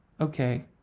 okay